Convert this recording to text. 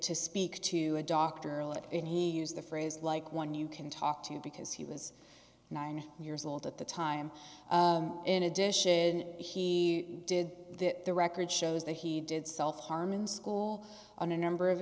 to speak to a doctor and he used the phrase like one you can talk to because he was nine years old at the time in addition he did that the record shows that he did self harm in school on a number of